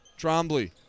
Trombley